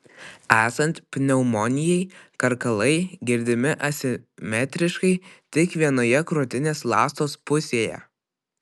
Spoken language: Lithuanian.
esant pneumonijai karkalai girdimi asimetriškai tik vienoje krūtinės ląstos pusėje